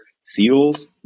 Seals